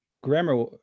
grammar